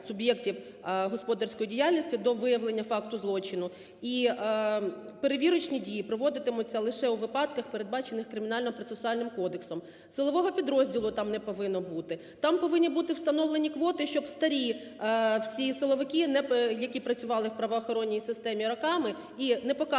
суб'єктів господарської діяльності до виявлення факту злочину. І перевірочні дії проводитимуться лише у випадках, передбачених Кримінально-процесуальним кодексом. Силового підрозділу там не повинно бути. Там повинні бути встановлені квоти, щоб старі всі силовики, які працювали в правоохоронній системі роками і не показують